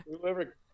Whoever